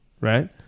right